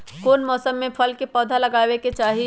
कौन मौसम में फल के पौधा लगाबे के चाहि?